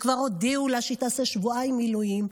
וכבר הודיעו לה שהיא תעשה שבועיים מילואים.